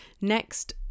Next